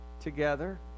together